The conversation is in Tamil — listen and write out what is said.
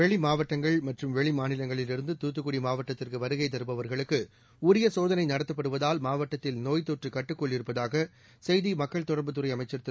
வெளிமாவட்டங்கள் மற்றும் வெளி மாநிலங்களில் இருந்து தூத்துக்குடி மாவட்டத்திற்கு வருகை தருபவர்களுக்கு உரிய சோதனை நடத்தப்படுவதால் மாவட்டத்தில் நோப்த்தொற்று கட்டுக்குள் இருப்பதாக செய்தி மக்கள் தொடா்புத்துறை அமைச்சா் திரு